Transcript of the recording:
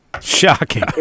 Shocking